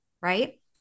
right